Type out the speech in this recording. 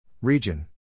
Region